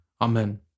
Amen